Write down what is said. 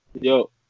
yo